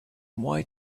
why